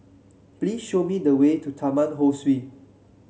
please show me the way to Taman Ho Swee